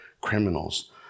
criminals